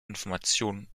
informationen